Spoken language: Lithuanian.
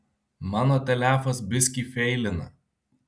mano telefas biskį feilina